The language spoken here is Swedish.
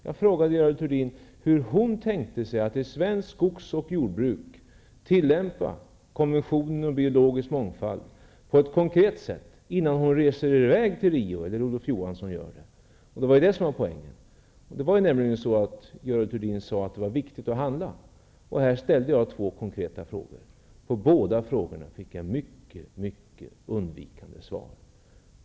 Jag frågade Görel Thurdin hur hon tänkte sig att i svenskt skogs och jordbruk tillämpa konventioner och biologisk mångfald på ett konkret sätt innan hon eller Olof Johansson reser iväg till Rio. Det var detta som var poängen. Görel Thurdin sade nämligen att det var viktigt att handla. Och här ställde jag två konkreta frågor. På båda frågorna fick jag mycket undvikande svar.